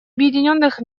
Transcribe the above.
объединенных